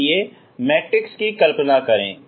इसलिए मैट्रिक्स की कल्पना करें